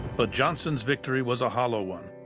but johnson's victory was a hollow one.